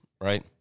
Right